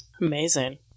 Amazing